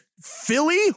Philly